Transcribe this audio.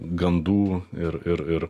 gandų ir ir ir